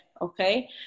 Okay